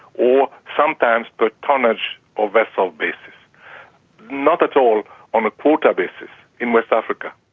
or sometimes per tonnage of vessel basis not at all on a quota basis in west africa.